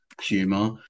humor